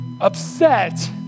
upset